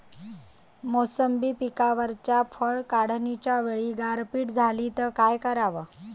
मोसंबी पिकावरच्या फळं काढनीच्या वेळी गारपीट झाली त काय कराव?